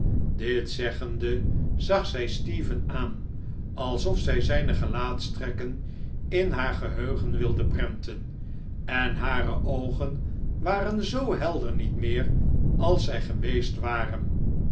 dit zeggende zag zij stephen aan alsof zij zijne gelaatstrekken in haar geheugen wilde prenten en hare oogen waren zoo helder niet meer als zij geweest waren